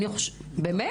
באמת?